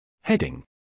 Heading